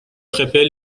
خپل